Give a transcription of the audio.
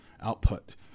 output